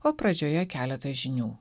o pradžioje keletas žinių